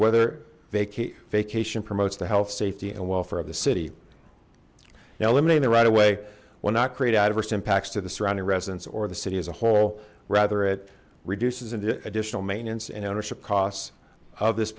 whether vacate vacation promotes the health safety and welfare of the city now limiting the right away why not create adverse impacts to the surrounding residents or the city as a whole rather it reduces the additional maintenance and ownership costs of this